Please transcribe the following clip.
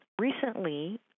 recently